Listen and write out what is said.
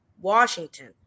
Washington